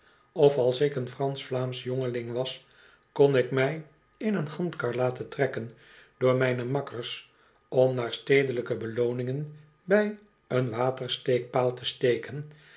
of als ik een fransch vlaamsch jongeling was kon ik mij in een handkar laten trekken door mijne makkers om naar stedelijke belooningen bij een water steekpaal te steken